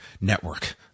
network